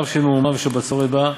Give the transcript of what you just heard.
רעב של מהומה ושל בצורת בא,